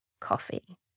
coffee